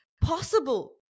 possible